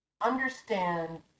understand